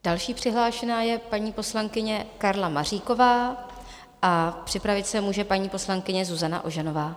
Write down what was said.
Další přihlášená je paní poslankyně Karla Maříková a připravit se může paní poslankyně Zuzana Ožanová.